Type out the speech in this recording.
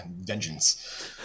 vengeance